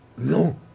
no.